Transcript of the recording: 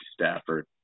Stafford